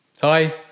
Hi